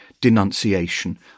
denunciation